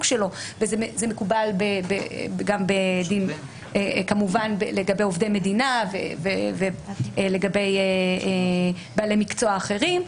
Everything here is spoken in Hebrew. שלו וזה מקובל גם לגבי עובדי מדינה ולגבי בעלי מקצוע אחרים.